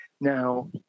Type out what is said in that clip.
Now